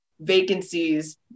vacancies